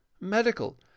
medical